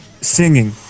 singing